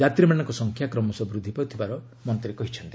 ଯାତ୍ରୀମାନଙ୍କ ସଂଖ୍ୟା କ୍ରମଶଃ ବୃଦ୍ଧି ପାଉଥିବାର ସେ କହିଚ୍ଛନ୍ତି